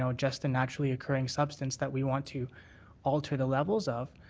so just a naturally occurring substance that we want to alter the levels of,